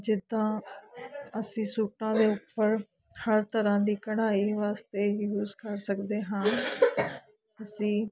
ਜਿੱਦਾਂ ਅਸੀਂ ਸੂਟਾਂ ਦੇ ਉੱਪਰ ਹਰ ਤਰ੍ਹਾਂ ਦੀ ਕਢਾਈ ਵਾਸਤੇ ਹੀ ਕੁਛ ਕਰ ਸਕਦੇ ਹਾਂ ਅਸੀਂ